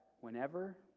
whenever